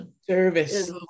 Service